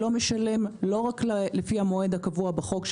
שלא משלם רק לפי המועד הקבוע בחוק,